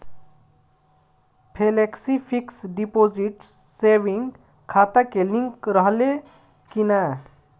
Flexi fixed deposit saving खाता से link रहले कि ना?